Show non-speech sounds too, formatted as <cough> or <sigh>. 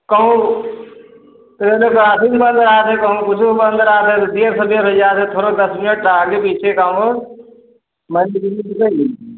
कौ <unintelligible> कहू कुछो करवा रहे हैं तो देर सवेर हो जाती है थोड़ा दस मिनट का आगे पीछे कहौं <unintelligible>